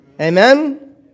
Amen